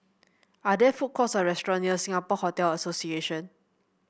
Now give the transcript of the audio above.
are there food courts or restaurant near Singapore Hotel Association